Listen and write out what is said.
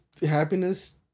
happiness